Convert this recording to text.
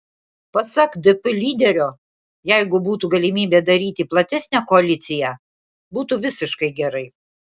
pasak dp lyderio jeigu būtų galimybė daryti platesnę koaliciją būtų visiškai gerai